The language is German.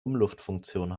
umluftfunktion